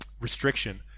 restriction